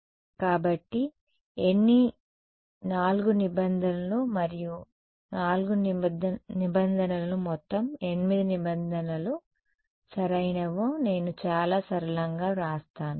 కాబట్టి ఎన్ని 4 నిబంధనలు మరియు 4 నిబంధనలు మొత్తం 8 నిబంధనలు సరైనవో నేను చాలా సరళంగా వ్రాస్తాను